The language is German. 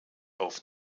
auf